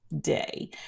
day